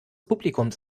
publikums